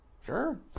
sure